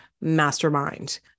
mastermind